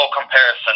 comparison